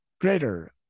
greater